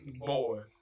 Boy